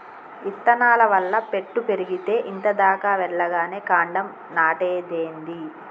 ఇత్తనాల వల్ల పెట్టు పెరిగేతే ఇంత దాకా వెల్లగానే కాండం నాటేదేంది